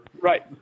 Right